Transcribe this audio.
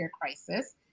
crisis